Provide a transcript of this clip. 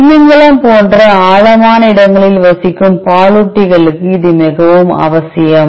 திமிங்கலம் போன்ற ஆழமான இடங்களில் வசிக்கும் பாலூட்டிகளுக்கு இது மிகவும் அவசியம்